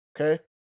Okay